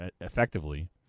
effectively